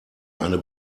eine